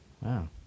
wow